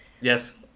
Yes